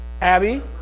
Abby